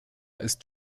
ist